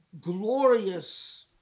glorious